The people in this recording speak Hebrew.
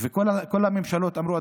כל הממשלות אמרו,